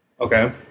Okay